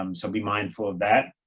um so be mindful of that.